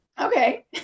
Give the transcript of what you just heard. Okay